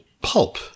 pulp